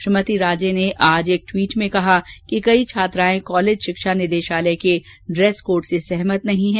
श्रीमती राजे नेआज एक ट्वीट में कहा कि कई छात्राए कॉलेज शिक्षानिदेशालय के ड्रैस कोड से सहमत नहीं है